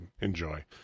enjoy